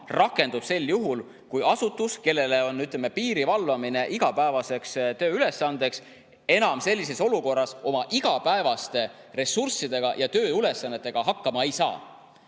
rakendub sel juhul, kui asutus, kellele on piiri valvamine igapäevane tööülesanne, enam oma igapäevaste ressurssidega selle tööülesandega hakkama ei saa.